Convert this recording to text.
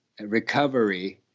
recovery